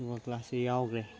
ꯌꯣꯒꯥ ꯀ꯭ꯂꯥꯁꯁꯦ ꯌꯥꯎꯈ꯭ꯔꯦ